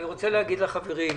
אני רוצה להגיד לחברים: